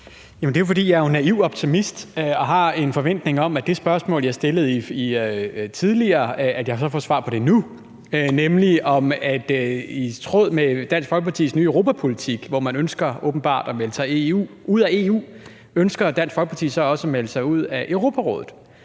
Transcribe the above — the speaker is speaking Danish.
Det er jo, fordi jeg er en naiv optimist og har en forventning om, at det spørgsmål, jeg stillede tidligere, får jeg så svar på nu, nemlig: I tråd med Dansk Folkepartis nye europapolitik, hvor man åbenbart ønsker at melde sig ud af EU, ønsker Dansk Folkeparti så også at melde sig ud af Europarådet?